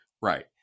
Right